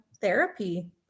therapy